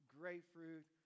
grapefruit